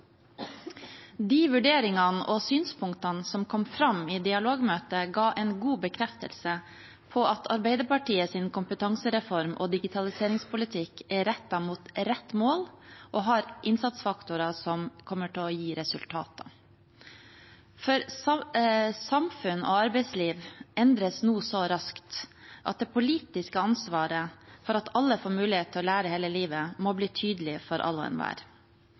De vurderingene og synspunktene som kom fram i dialogmøtet, ga en god bekreftelse på at Arbeiderpartiets kompetansereform og digitaliseringspolitikk er rettet mot rett mål og har innsatsfaktorer som kommer til å gi resultater. Samfunnet og arbeidslivet endres nå så raskt at det politiske ansvaret for at alle får mulighet til å lære hele livet, må bli tydelig for alle og enhver.